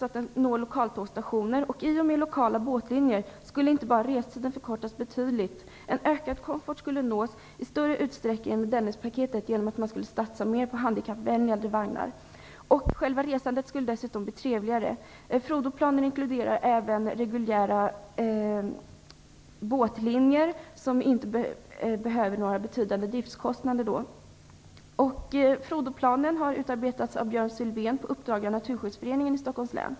I och med lokala båtlinjer skulle inte bara restiden förkortas betydligt. Också en ökad komfort skulle uppnås i större utsträckning än med Dennispaketet genom större satsning på mer handikappvänliga vagnar. Själva resandet skulle dessutom bli trevligare. Frodoplanen inkluderar även reguljära båtlinjer som inte kräver några betydande driftskostnader. Frodoplanen har utarbetats av Björn Sylvén på uppdrag av Naturskyddsföreningen i Stockholms län.